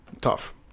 tough